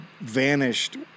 vanished